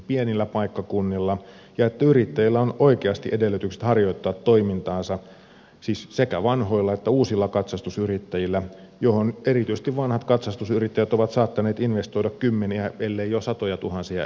pienillä paikkakunnilla ja että yrittäjillä on oikeasti edellytykset harjoittaa toimintaansa siis sekä vanhoilla että uusilla katsastusyrittäjillä johon erityisesti vanhat katsastusyrittäjät ovat saattaneet investoida kymmeniä ellei jo satojatuhansia euroja